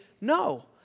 no